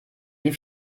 wie